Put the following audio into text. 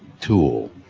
tool